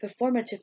performative